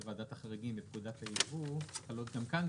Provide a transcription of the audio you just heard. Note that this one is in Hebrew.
ועדת החריגים בפקודת הייבוא חלות גם כאן,